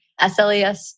SLES